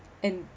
and